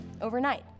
overnight